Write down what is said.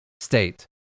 state